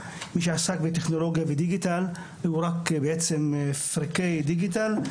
מי שעסק בטכנולוגיה ודיגיטל הוא רק בעצם פריקי דיגיטל,